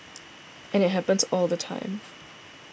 and it happens all the time